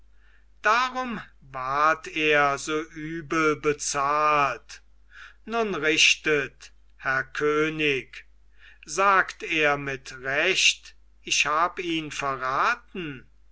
darum ward er so übel bezahlt nun richtet herr könig sagt er mit recht ich hab ihn verraten